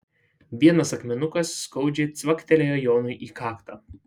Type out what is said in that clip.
vienas akmenukas skaudžiai cvaktelėjo jonui į kaktą